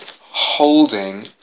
holding